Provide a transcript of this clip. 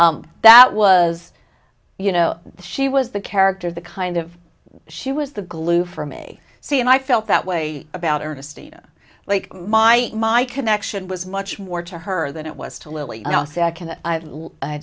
that was you know she was the character the kind of she was the glue for me see and i felt that way about ernestina like my my connection was much more to her than it was to